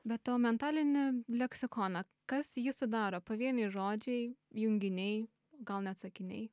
be to mentalinį leksikoną kas jį sudaro pavieniai žodžiai junginiai gal net sakiniai